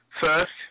First